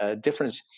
difference